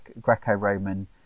greco-roman